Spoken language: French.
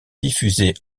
diffusée